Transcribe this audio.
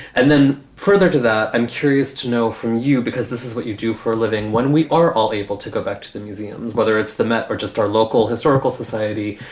and then further to that. i'm curious to know from you, because this is what you do for a living when we are all able to go back to the museums, whether it's the met or just our local historical society,